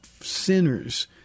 sinners